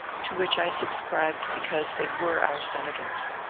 to which i subscribed because they were our senators.